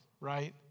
right